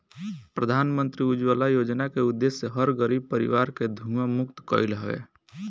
प्रधानमंत्री उज्ज्वला योजना के उद्देश्य हर गरीब परिवार के धुंआ मुक्त कईल हवे